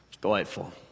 delightful